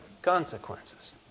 Consequences